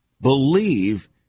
believe